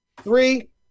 Three